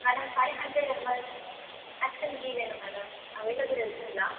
madam five hundred ML Hatsun ghee வேணும் madam available இருக்குதுங்களா